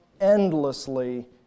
endlessly